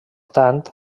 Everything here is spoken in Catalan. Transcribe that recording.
tant